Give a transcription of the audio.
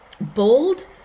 bold